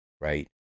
right